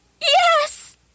Yes